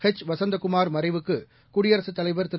H Vasanthakumar மறைவுக்கு குடியரசுத் தலைவர் திரு